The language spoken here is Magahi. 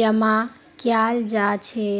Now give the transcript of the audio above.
जमा कियाल जा छे